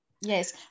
yes